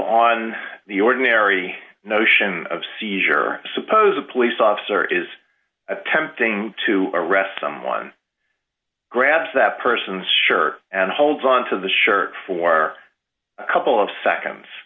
on the ordinary notion of seizure suppose a police officer is attempting to arrest someone grabs that person's shirt and holds on to the shirt for a couple of seconds